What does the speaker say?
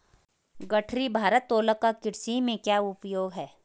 गठरी भारोत्तोलक का कृषि में क्या उपयोग है?